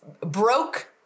broke